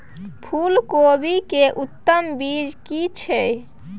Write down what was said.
फूलकोबी के उत्तम बीज की छै?